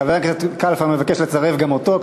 חבר הכנסת קלפה מבקש לצרף גם אותו,